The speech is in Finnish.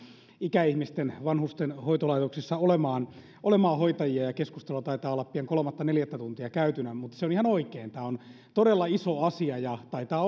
ikäihmisten vanhusten hoitolaitoksissa olemaan olemaan hoitajia ja keskustelua taitaa olla pian kolmatta neljättä tuntia käytynä mutta se on ihan oikein tämä on todella iso asia ja taitaa